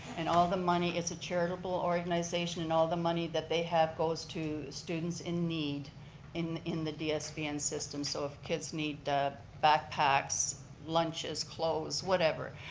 and all the money is a charitable organization. and all the money that they have goes to students in need in in the dsbn's system. so if kids need backpacks, lunches, clothes, whatever.